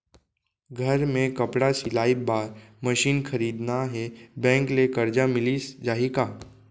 घर मे कपड़ा सिलाई बार मशीन खरीदना हे बैंक ले करजा मिलिस जाही का?